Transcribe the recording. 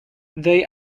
they